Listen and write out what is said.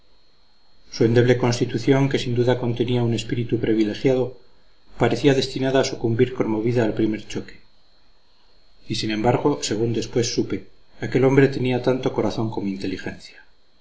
su endeble constitución que sin duda contenía un espíritu privilegiado parecía destinada a sucumbir conmovida al primer choque y sin embargo según después supe aquel hombre tenía tanto corazón como inteligencia